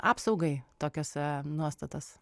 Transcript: apsaugai tokios nuostatos